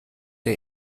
der